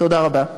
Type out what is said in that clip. תודה רבה.